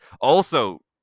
Also-